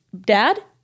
dad